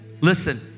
Listen